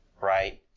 right